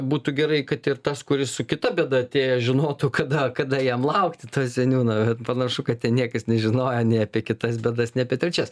būtų gerai kad ir tas kuris su kita bėda atėjo žinotų kada kada jam laukt ta seniūno panašu kad ten niekas nežinojo nei apie kitas bėdas nei apie trečias